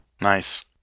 Nice